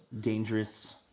Dangerous